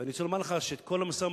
ואני רוצה לומר לך שאת כל המשא-ומתן,